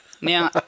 Now